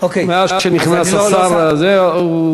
מאז שנכנס השר הזה הוא,